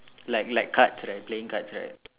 like like cards like playing cards right